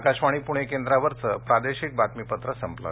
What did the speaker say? आकाशवाणी पुणे केंद्रावरचं प्रादेशिक बातमीपत्र संपलं